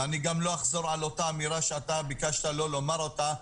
ואני גם לא אחזור על אותה אמירה שאתה ביקשת לא לומר אותה,